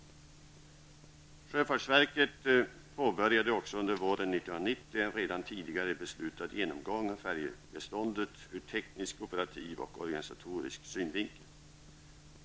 Sjöfartsverket påbörjade också under våren 1990 en redan tidigare beslutad genomgång av färjebeståndet ur teknisk, operativ och organisatorisk synvinkel.